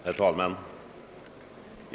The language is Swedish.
Herr talman!